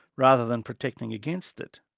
rather than protecting against it.